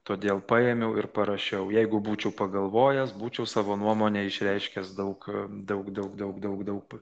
todėl paėmiau ir parašiau jeigu būčiau pagalvojęs būčiau savo nuomonę išreiškęs daug daug daug daug daug daug pa